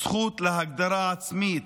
זכות להגדרה עצמית,